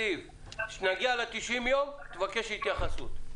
כשנגיע ל-90 יום, תבקש התייחסות.